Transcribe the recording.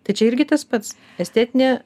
tai čia irgi tas pats estetinė